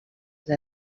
que